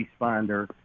responder